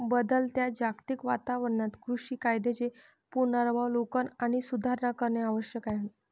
बदलत्या जागतिक वातावरणात कृषी कायद्यांचे पुनरावलोकन आणि सुधारणा करणे आवश्यक आहे